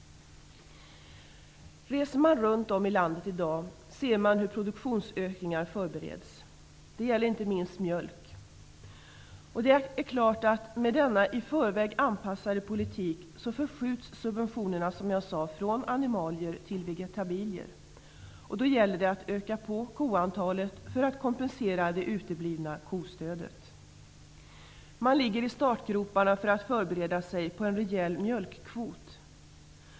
Om man reser runt i landet i dag ser man hur produktionsökningar förbereds. Det gäller inte minst mjölk. Det är klart att subventionerna med denna i förväg anpassade politik förskjuts från animalier till vegetabilier. Då gäller det att öka på koantalet för att kompensera det uteblivna kostödet. Bönderna ligger i startgroparna för att förbereda sig på en rejäl mjölkkvot.